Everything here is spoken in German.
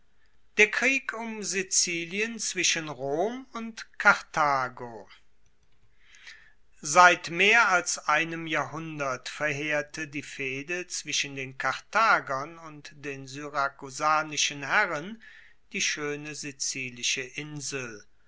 der krieg um sizilien zwischen rom und karthago seit mehr als einem jahrhundert verheerte die fehde zwischen den karthagern und den syrakusanischen herren die schoene sizilische insel